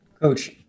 coach